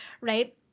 right